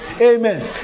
Amen